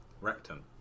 rectum